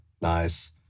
Nice